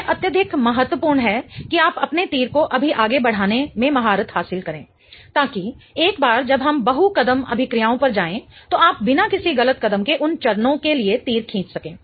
यह अत्यधिक महत्वपूर्ण है कि आप अपने तीर को अभी आगे बढ़ाने में महारत हासिल करें ताकि एक बार जब हम बहु कदम अभिक्रियाओं पर जाएं तो आप बिना किसी गलत कदम के उन चरणों के लिए तीर खींच सकें